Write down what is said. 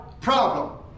problem